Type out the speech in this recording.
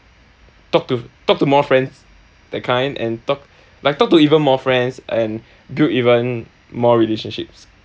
talk to talk to more friends that kind and talk like talk to even more friends and build even more relationships